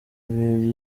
ibihe